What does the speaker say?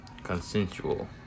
consensual